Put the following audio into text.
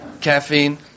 Caffeine